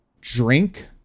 drink